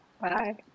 Bye